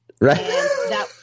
Right